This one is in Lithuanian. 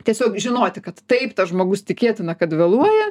tiesiog žinoti kad taip tas žmogus tikėtina kad vėluoja